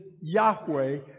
Yahweh